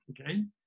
okay